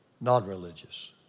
non-religious